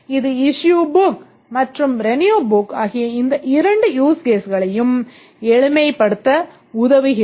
இது issue book மற்றும் renew book ஆகிய இந்த இரண்டு use caseகளையும் எளிமைப்படுத்த உதவுகிறது